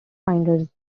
flinders